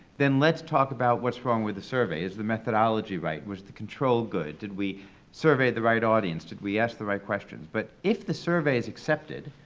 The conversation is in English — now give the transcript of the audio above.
then let's talk about what's wrong with the survey. is the methodology right? was the control good? did we survey the right audience? did we ask the right questions? but if the survey is accepted,